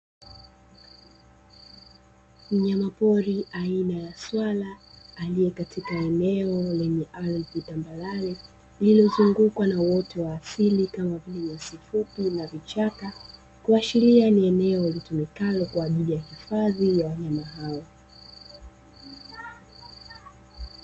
Wanyama pori aina ya swala aliye katika eneo lenye ardhi na malale lililozungukwa na wote wa asili kama vile sikupi la vichaka kuashiria ni eneo litumikalo kwa ajili ya hifadhi ya wanyama hao.